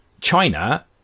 China